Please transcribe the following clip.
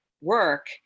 work